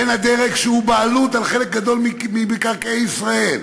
בין הדרג שהוא בעלות על חלק גדול ממקרקעי ישראל,